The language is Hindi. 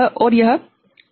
और यह 00 है